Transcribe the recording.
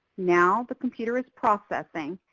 now the computer is processing,